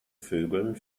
vögeln